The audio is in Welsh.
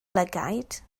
lygaid